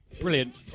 Brilliant